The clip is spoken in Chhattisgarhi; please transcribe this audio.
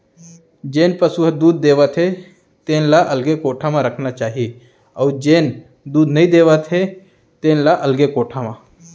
जेन पसु ह दूद देवत हे तेन ल अलगे कोठा म रखना चाही अउ जेन दूद नइ देवत हे तेन ल अलगे कोठा म